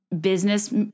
business